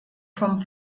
vom